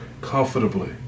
comfortably